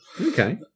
Okay